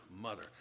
mother